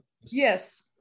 Yes